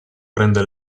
prende